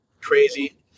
crazy